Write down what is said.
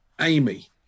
Amy